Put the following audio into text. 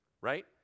right